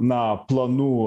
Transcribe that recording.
na planų